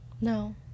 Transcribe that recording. No